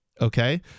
Okay